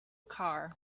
car